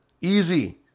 Easy